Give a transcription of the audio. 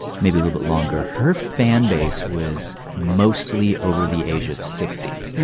maybe a little bit longer, her fan base was mostly over the age of sixty.